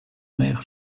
mère